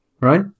right